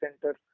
center